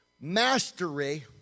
mastery